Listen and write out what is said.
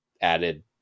added